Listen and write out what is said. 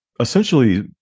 essentially